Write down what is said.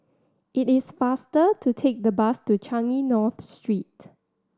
it is faster to take the bus to Changi North Street